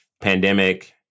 pandemic